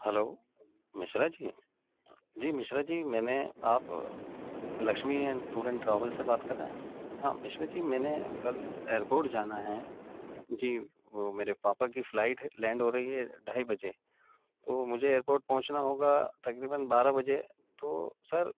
hello Mishra ji ہیں جی مشرا جی میں نے آپ Lakshmi and tour and travel سے بات کر رہے ہیں ہاں مشرا جی میں نے کل ایئرپورٹ جانا ہے جی وہ میرے پاپا کی فلائٹ ہے لینڈ ہو رہی ہے ڈھائی بجے تو مجھے ایئرپورٹ پہنچنا ہوگا تقریباً بارہ بجے تو سر